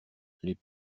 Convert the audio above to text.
les